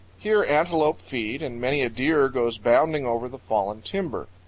here antelope feed and many a deer goes bounding over the fallen timber.